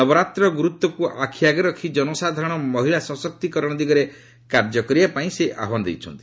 ନବରାତ୍ରର ଗୁରୁତ୍ୱକୁ ଆ ୍ ଆଖିଆଗରେ ରଖି ଜନସାଧାରଣ ମହିଳା ସଶକ୍ତିକରଣ ଦିଗରେ କାର୍ଯ୍ୟ କରିବା ପାଇଁ ସେ ଆହ୍ୱାନ ଦେଇଛନ୍ତି